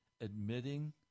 admitting